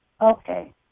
Okay